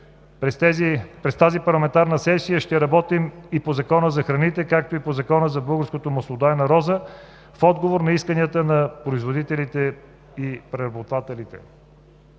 През тази парламентарна сесия ще работим и по Закона за храните, както и по Закона за българската маслодайна роза, в отговор на исканията на производителите и преработвателите.